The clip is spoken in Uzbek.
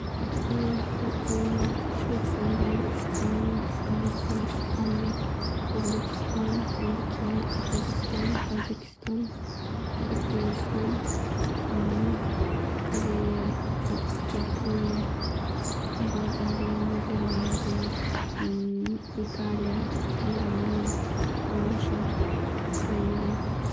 Yaponiya, shvetsariya, Ispaniya, Fransiya, Italiya, O'zbekiston, turkiya, qirg'iziston, tojikiston, turkmeniston, koreya, yaponiya, bolgariya, niderlandiya, italiya, germaniya, polsha ukraina.